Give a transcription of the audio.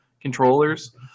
controllers